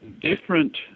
different